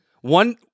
one